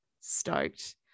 stoked